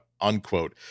unquote